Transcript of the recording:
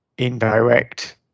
Indirect